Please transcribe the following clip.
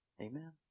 Amen